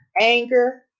anger